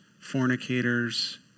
fornicators